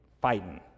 fighting